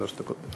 שלוש דקות.